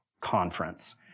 conference